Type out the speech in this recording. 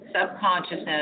subconsciousness